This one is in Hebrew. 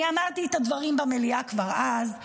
אני אמרתי את הדברים במליאה כבר אז,